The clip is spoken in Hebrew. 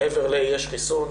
מעבר ל: יש חיסון,